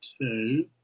two